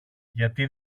γιατί